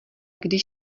když